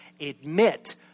Admit